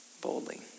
boldly